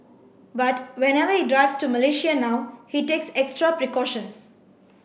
but whenever he drives to Malaysia now he takes extra precautions